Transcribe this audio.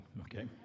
Okay